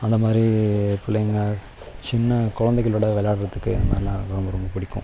அந்த மாதிரி பிள்ளைங்க சின்னக் கொழந்தைகளோட வெளையாடுறதுக்கு இந்த மாதிரில்லாம் ரொம்ப ரொம்பப் பிடிக்கும்